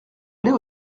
aller